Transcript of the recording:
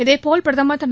இதேபோல் பிரதமர் திரு